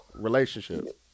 relationship